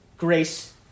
grace